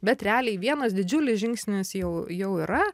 bet realiai vienas didžiulis žingsnis jau jau yra